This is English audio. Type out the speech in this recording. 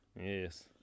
Yes